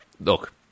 look